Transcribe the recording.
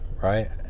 right